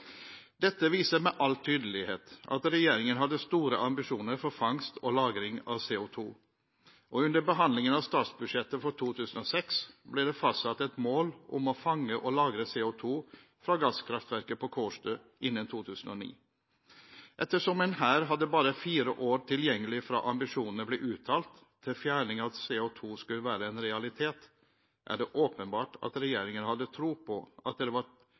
Dette viser med all tydelighet at regjeringen hadde store ambisjoner for fangst og lagring av CO2, og under behandlingen av statsbudsjettet for 2006 ble det fastsatt et mål om å fange og lagre CO2 fra gasskraftverket på Kårstø innen 2009. Ettersom en her hadde bare fire år tilgjengelig fra ambisjonene ble uttalt til fjerning av CO2 skulle være en realitet, er det åpenbart at regjeringen hadde tro på at det var